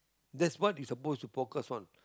that's what you supposed to focus on